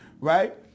right